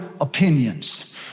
opinions